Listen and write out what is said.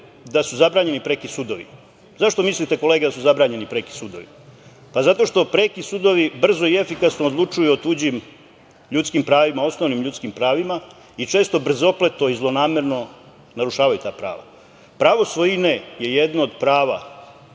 da su zabranjeni preki sudovi. Zašto mislite, kolega, da su zabranjeni preki sudovi? Zato što preki sudovi brzo i efikasno odlučuju o tuđim ljudskim pravima, osnovnim ljudskim pravima i često brzopleto i zlonamerno narušavaju ta prava. Pravo svojine je jedno od prava